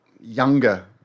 younger